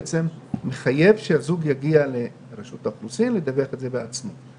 בעצם מחויב שהזוג יגיע לרשות האוכלוסין לדווח על זה בעצמו,